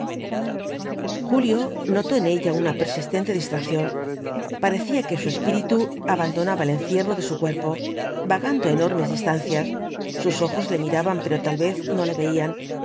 julio notó en ella una persistente distracción parecía que su espíritu abandonaba el encierro de su cuerpo vagando á enormes distancias sus ojos le miraban pero tal vez no le veían